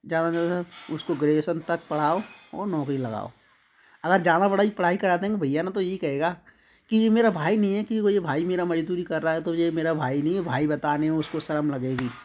ज़्यादा से ज़्यादा उसको ग्रेजुएशन तक पढ़ाओ और नौकरी लगाओ अगर ज़्यादा पढ़ाई पढ़ाई करा देंगे भैया ना तो यही कहेगा कि ये मेरा भाई नहीं है कि ये भाई मेरा मजदूरी कर रहा है तो ये मेरा भाई नहीं है भाई बताने में उसको शर्म लगेगी